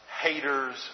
haters